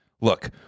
Look